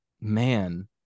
man